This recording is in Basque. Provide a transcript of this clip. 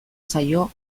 zaio